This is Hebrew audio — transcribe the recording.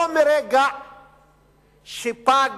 לא מרגע שפג